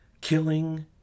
Killing